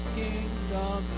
kingdom